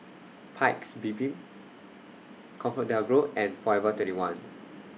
Paik's Bibim ComfortDelGro and Forever twenty one